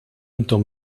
intom